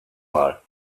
mal